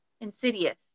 Insidious